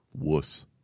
wuss